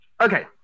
Okay